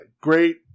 Great